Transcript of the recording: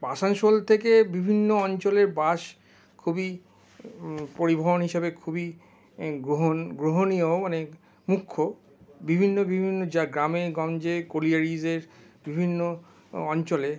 আসানসোল থেকে বিভিন্ন অঞ্চলের বাস খুবই পরিবহন হিসাবে খুবই গ্রহণ গ্রহণীয় মানে মুখ্য বিভিন্ন বিভিন্ন গ্রামে গঞ্জে কোলিয়ারিজের বিভিন্ন অঞ্চলে